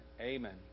Amen